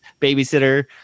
babysitter